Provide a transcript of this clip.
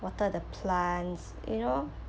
water the plants you know